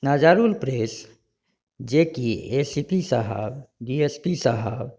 Nazrul press जेकि S P साहब D S P साहब